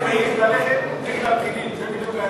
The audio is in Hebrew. הוא העז ללכת נגד הפקידים, זה בדיוק העניין.